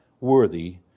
worthy